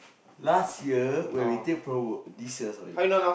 last year when we take promo this year sorry